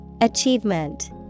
Achievement